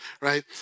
right